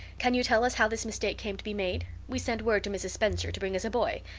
can you tell us how this mistake came to be made? we sent word to mrs. spencer to bring us a boy.